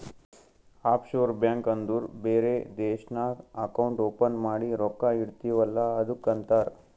of sure bank ಅಂದುರ್ ಬೇರೆ ದೇಶ್ನಾಗ್ ಅಕೌಂಟ್ ಓಪನ್ ಮಾಡಿ ರೊಕ್ಕಾ ಇಡ್ತಿವ್ ಅಲ್ಲ ಅದ್ದುಕ್ ಅಂತಾರ್